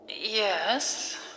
Yes